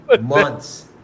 months